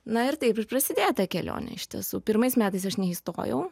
na ir taip ir prasidėjo ta kelionė iš tiesų pirmais metais aš neįstojau